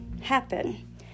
happen